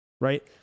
right